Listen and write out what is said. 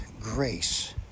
grace